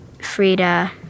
Frida